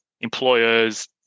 employers